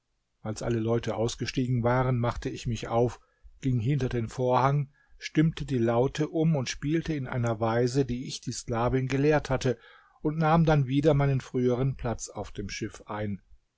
als alle leute ausgestiegen waren machte ich mich auf ging hinter den vorhang stimmte die laute um und spielte in einer weise die ich die sklavin gelehrt hatte und nahm dann wieder meinen früheren platz auf dem schiff ein